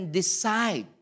decide